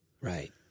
Right